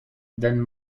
then